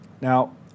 Now